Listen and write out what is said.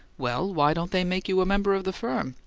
well, why don't they make you a member of the firm?